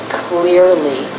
clearly